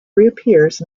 reappears